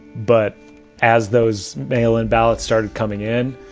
but as those mail-in ballots started coming in,